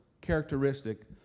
characteristic